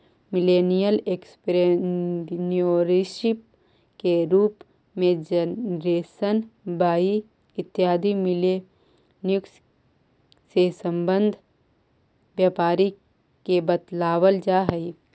millennial entrepreneurship के रूप में जेनरेशन वाई इत्यादि मिलेनियल्स् से संबंध व्यापारी के बतलावल जा हई